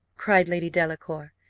cried lady delacour,